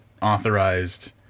authorized